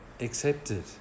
accepted